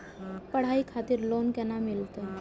पढ़ाई करे खातिर लोन केना मिलत?